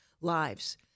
lives